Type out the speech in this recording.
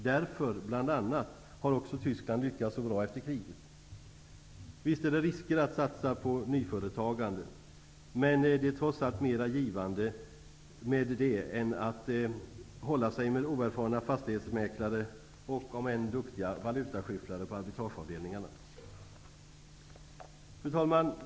Det är bl.a. därför som Tyskland har lyckats så bra efter kriget. Visst är det riskfyllt att satsa på nyföretagande, men det är trots allt mera givande än att hålla sig med oerfarna fastighetsmäklare, och -- om än duktiga -- Fru talman!